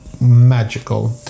magical